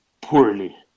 poorly